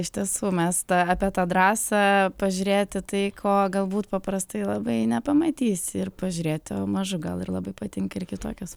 iš tiesų mes tą apie tą drąsą pažiūrėti tai ko galbūt paprastai labai nepamatysi ir pažiūrėti o mažu gal ir labai patinka ir kitokios